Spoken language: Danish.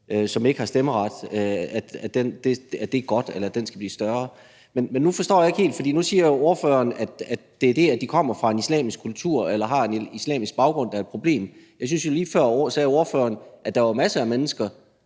altså at man mener, at det er godt, eller at den gruppe skal blive større. Men der er noget, jeg ikke helt forstår. Nu siger ordføreren, at det er det, at de kommer fra en islamisk kultur eller har en islamisk baggrund, der er et problem, men jeg synes jo, at ordføreren lige før sagde, at der var masser af mennesker,